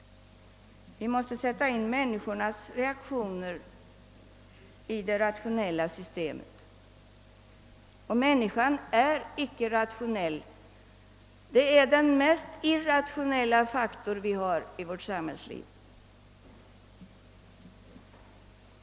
Vi måste sätta in människornas reaktioner i det rationella systemet — och människan är icke rationell. Hon är den mest irrationella faktorn i hela vårt samhällsliv.